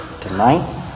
tonight